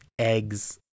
eggs